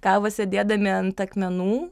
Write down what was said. kavą sėdėdami ant akmenų